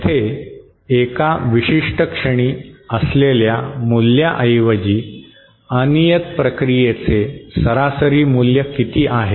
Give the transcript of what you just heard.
येथे एका विशिष्ट क्षणी असलेल्या मुल्याऐवजी अनियत प्रक्रियेचे सरासरी मूल्य किती आहे